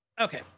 Okay